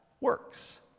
works